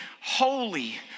holy